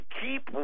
keep